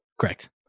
Correct